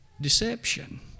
Deception